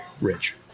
Rich